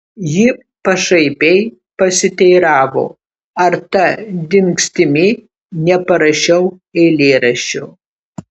ji pašaipiai pasiteiravo ar ta dingstimi neparašiau eilėraščio